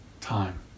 time